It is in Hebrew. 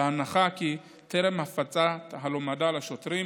והנחינו כי טרם הפצת הלומדה לשוטרים